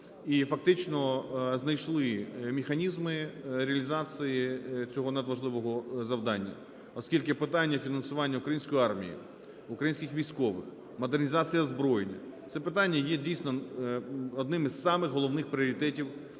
і фактично знайшли механізми реалізації цього надважливого завдання, оскільки питання фінансування української армії, українських військових, модернізація озброєння – це питання є дійсно одним із самих головних пріоритетів в нашій